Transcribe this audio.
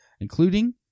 including